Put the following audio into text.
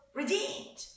redeemed